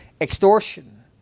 extortion